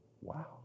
Wow